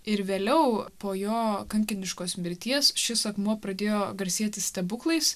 ir vėliau po jo kankiniškos mirties šis akmuo pradėjo garsėti stebuklais